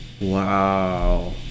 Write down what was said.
Wow